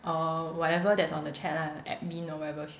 or whatever that's on the chat lah admin or whatever sh~